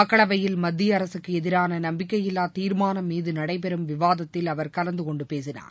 மக்களவையில் மத்திய அரசுக்கு எதிரான நம்பிக்கையில்லா தீர்மானம் மீது நடைபெறும் விவாதத்தில் அவர் கலந்து கொண்டு பேசினார்